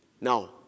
Now